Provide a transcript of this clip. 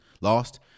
lost